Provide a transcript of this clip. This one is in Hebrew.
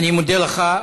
אני מודה לך.